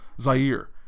Zaire